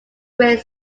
great